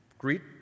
Greet